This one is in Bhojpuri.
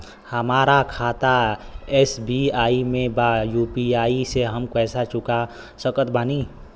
हमारा खाता एस.बी.आई में बा यू.पी.आई से हम पैसा चुका सकत बानी?